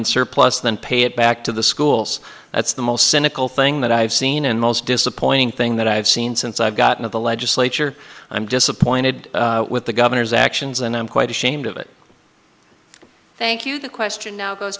in surplus than pay it back to the schools that's the most cynical thing that i've seen in most disappointing thing that i've seen since i've gotten to the legislature i'm disappointed with the governor's actions and i'm quite ashamed of it thank you the question now